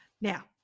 now